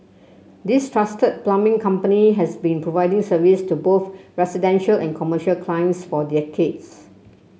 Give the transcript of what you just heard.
this trusted plumbing company has been providing service to both residential and commercial clients for decades